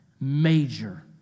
Major